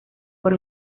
por